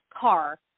car